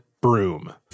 broom